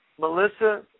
Melissa